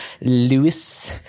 Lewis